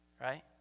right